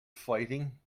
fighting